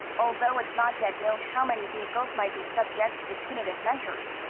although it's not yet known how many vehicles might be subject to the punitive measures.